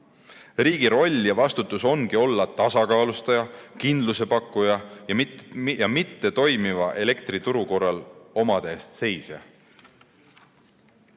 Riigi roll ja vastutus ongi olla tasakaalustaja, kindluse pakkuja ja mittetoimiva elektrituru korral omade eest seisja.